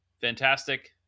fantastic